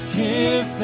give